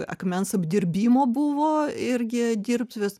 akmens apdirbimo buvo irgi dirbtuvės